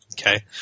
Okay